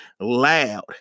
loud